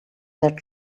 that